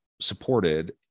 supported